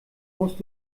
musst